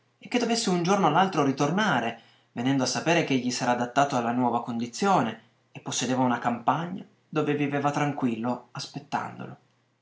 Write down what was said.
e che dovesse un giorno o l'altro ritornare venendo a sapere ch'egli s'era adattato alla nuova condizione e possedeva una campagna dove viveva tranquillo aspettandolo